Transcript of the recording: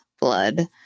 blood